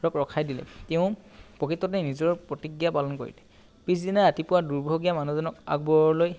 ৰখাই দিলে তেওঁ প্ৰকৃততে নিজৰ প্ৰতিজ্ঞা পালন কৰিলে পিছদিনা ৰাতিপুৱা দুৰ্ভগীয়া মানুহজনক আকবৰলৈ